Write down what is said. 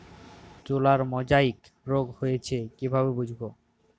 তুলার মোজাইক রোগ হয়েছে কিভাবে বুঝবো?